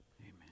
Amen